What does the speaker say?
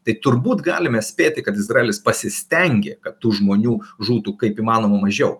tai turbūt galime spėti kad izraelis pasistengė kad tų žmonių žūtų kaip įmanoma mažiau